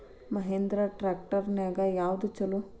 Mahindra tractor ನ್ಯಾಗ ಯಾವ್ದ ಛಲೋ?